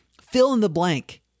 fill-in-the-blank